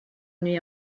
nuit